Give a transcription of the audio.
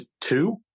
two